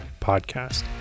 podcast